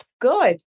good